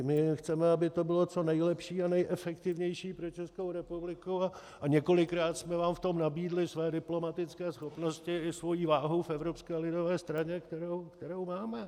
My chceme, aby to bylo co nejlepší a nejefektivnější pro Českou republiku, a několikrát jsme vám v tom nabídli své diplomatické schopnosti i svoji váhu v Evropské lidové straně, kterou máme.